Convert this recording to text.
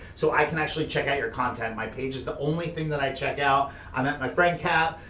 so i can actually check out your content. my page is the only thing that i check out. i'm at my friend cap,